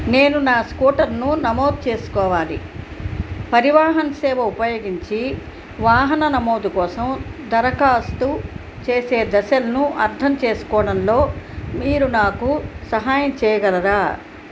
నేను నా స్కూటర్ను నమోదు చేసుకోవాలి పరివాహన్ సేవ ఉపయోగించి వాహన నమోదు కోసం దరఖాస్తు చేసే దశలను అర్థం చేసుకోవడంలో మీరు నాకు సహాయం చేయగలరా